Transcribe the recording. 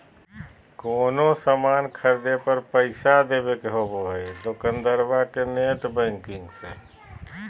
कोनो सामान खर्दे पर पैसा देबे के होबो हइ दोकंदारबा के नेट बैंकिंग से